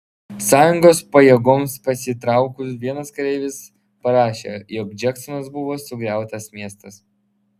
sąjungos pajėgoms pasitraukus vienas kareivis parašė jog džeksonas buvo sugriautas miestas